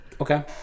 Okay